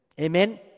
Amen